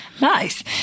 Nice